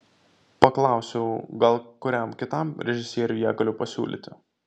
paklausiau gal kuriam kitam režisieriui ją galiu pasiūlyti